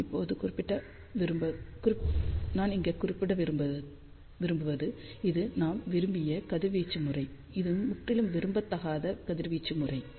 நான் இங்கே குறிப்பிட விரும்புவது இது நாம் விரும்பிய கதிர்வீச்சு முறை இது முற்றிலும் விரும்பத்தகாத கதிர்வீச்சு முறை